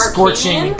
Scorching